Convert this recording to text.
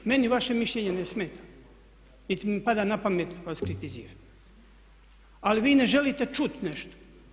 Meni vaše mišljenje ne smeta, niti mi pada na pamet vas kritizirati, ali vi ne želite čuti nešto.